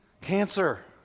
cancer